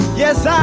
yes, yeah